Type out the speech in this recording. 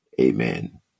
Amen